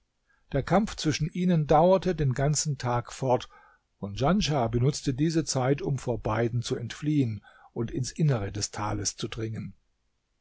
der kampf zwischen ihnen dauerte den ganzen tag fort und djanschah benutzte diese zeit um vor beiden zu entfliehen und ins innere des tales zu dringen